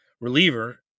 reliever